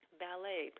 ballet